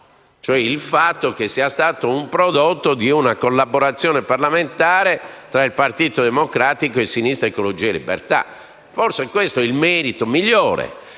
dire il fatto che sia stato il prodotto di una collaborazione parlamentare tra il Partito Democratico e Sinistra Ecologia e Libertà. Forse questo è il merito migliore